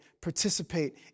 participate